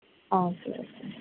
okay